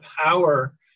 power